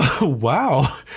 Wow